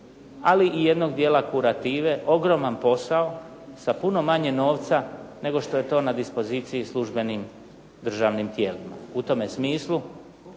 ali i jednog dijela kurative ogroman posao sa puno manje novca nego što je to na dispoziciji službenim državnim tijelima. U tome smislu